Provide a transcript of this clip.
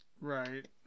Right